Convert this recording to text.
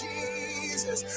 Jesus